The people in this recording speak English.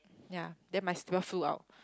ya then my slipper flew out